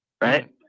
right